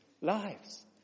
lives